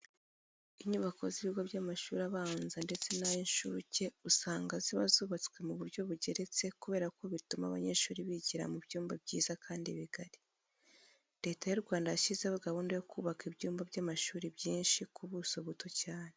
Inyubako z'ibigo by'amashuri abanza ndetse n'ay'incuke usanga ziba zubatswe mu buryo bugeretse kubera ko bituma abanyeshuri bigira mu byumba byiza kandi bigari. Leta y'u Rwanda yashyizeho gahunda yo kubaka ibyumba by'amashuri byinshi ku buso buto cyane.